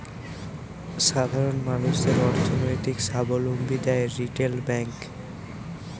সাধারণ মানুষদের অর্থনৈতিক সাবলম্বী দ্যায় রিটেল ব্যাংক